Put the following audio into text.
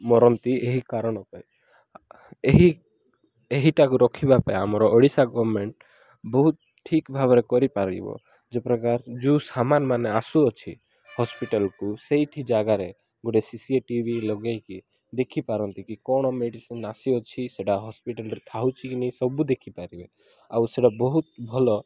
ମରନ୍ତି ଏହି କାରଣ ପାଇଁ ଏହି ଏହିଟାକୁ ରଖିବା ପାଇଁ ଆମର ଓଡ଼ିଶା ଗମେଣ୍ଟ ବହୁତ ଠିକ ଭାବରେ କରିପାରିବ ଯେ ପ୍ରକାର ଯେଉଁ ସାମାନ ମାନେ ଆସୁଅଛି ହସ୍ପିଟାଲକୁ ସେଇଠି ଜାଗାରେ ଗୋଟେ ସିସିଟିଭି ଲଗେଇକି ଦେଖିପାରନ୍ତି କି କଣ ମେଡ଼ିସିନ ଆସିଅଛି ସେଇଟା ହସ୍ପିଟାଲରେ ଥାଉଛି କି ନା ସବୁ ଦେଖିପାରିବେ ଆଉ ସେଇଟା ବହୁତ ଭଲ